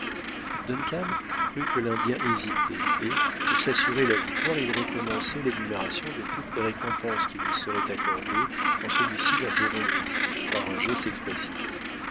crut que l'indien hésitait et pour s'assurer la victoire il recommençait l'énumération de toutes les récompenses qui lui seraient accordées quand celui-ci l'interrompit par un geste expressif